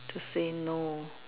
to say no